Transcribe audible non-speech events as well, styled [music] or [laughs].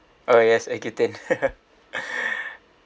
oh yes accutane [laughs]